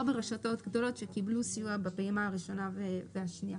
ברשתות גדולות שקיבלו סיוע בפעימה הראשונה ובפעימה השנייה.